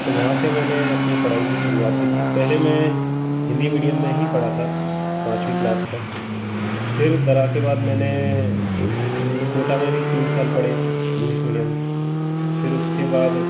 तो वहाँ से मैंने अपनी पढ़ाई कि शुरुआत की थी पहले मैं हिन्दी मीडियम में ही पढ़ा था पाँचवी क्लास तक फिर दरा के बाद मैंने कोटा में भी तीन साल पढ़े इंग्लिस मीडियम फिर उसके बाद